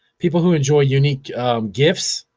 people who enjoy unique gifts,